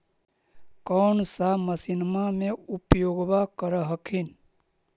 कौन सा मसिन्मा मे उपयोग्बा कर हखिन?